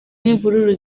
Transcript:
n’imvururu